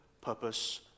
purpose